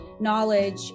knowledge